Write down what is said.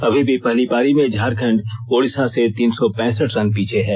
अभी भी पहली पारी में झारखंड ओड़िषा से तीन सौ पैंसठ रन पीछे है